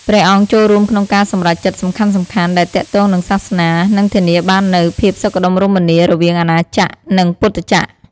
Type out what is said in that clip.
ព្រះអង្គចូលរួមក្នុងការសម្រេចចិត្តសំខាន់ៗដែលទាក់ទងនឹងសាសនា និងធានាបាននូវ ភាពសុខដុមរមនារវាងអាណាចក្រ និងពុទ្ធចក្រ។